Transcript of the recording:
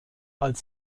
als